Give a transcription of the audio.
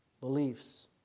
beliefs